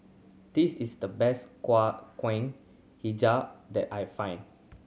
this is the best hijau that I find